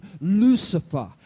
Lucifer